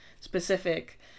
specific